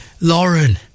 lauren